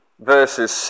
verses